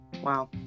Wow